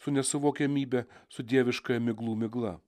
su nesuvokiamybe su dieviškąja miglų migla